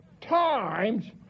times